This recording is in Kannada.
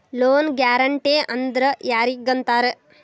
ಲೊನ್ ಗ್ಯಾರಂಟೇ ಅಂದ್ರ್ ಯಾರಿಗ್ ಅಂತಾರ?